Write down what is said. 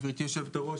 גברתי היושבת ראש,